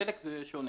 בדלק זה שונה: